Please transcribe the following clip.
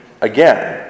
again